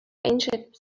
ancient